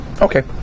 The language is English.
Okay